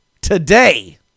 today